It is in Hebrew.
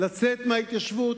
לצאת מההתיישבות,